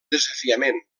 desafiament